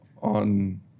on